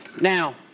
Now